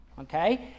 Okay